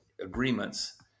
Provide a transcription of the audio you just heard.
agreements